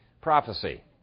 prophecy